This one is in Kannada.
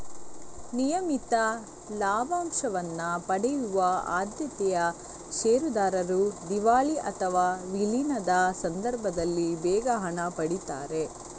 ನಿಯಮಿತ ಲಾಭಾಂಶವನ್ನ ಪಡೆಯುವ ಆದ್ಯತೆಯ ಷೇರುದಾರರು ದಿವಾಳಿ ಅಥವಾ ವಿಲೀನದ ಸಂದರ್ಭದಲ್ಲಿ ಬೇಗ ಹಣ ಪಡೀತಾರೆ